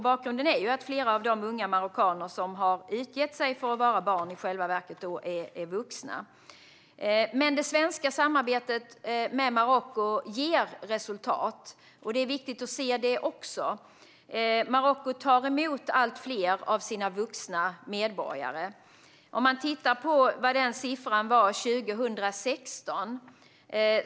Bakgrunden är att flera av de unga marockaner som har utgett sig för att vara barn i själva verket är vuxna. Men det svenska samarbetet med Marocko ger resultat. Det är viktigt att se det också. Marocko tar emot allt fler av sina vuxna medborgare. Låt oss titta på vad den siffran var 2016.